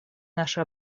наши